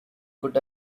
good